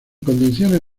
condiciones